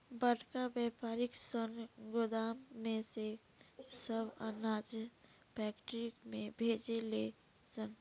बड़का वायपारी सन गोदाम में से सब अनाज फैक्ट्री में भेजे ले सन